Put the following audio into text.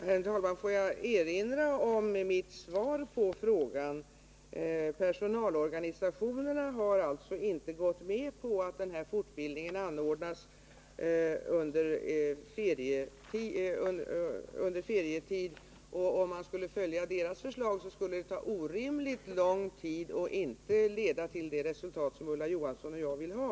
Herr talman! Jag vill erinra om mitt svar på frågan. Personalorganisationerna har inte gått med på att den här fortbildningen anordnas under ferietid. Om man skulle följa deras förslag skulle det ta orimligt lång tid att genomföra projekten, och de skulle inte leda till de resultat som Ulla Johansson och jag vill ha.